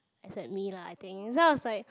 except me lah I think then I was like